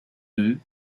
deux